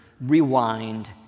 rewind